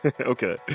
Okay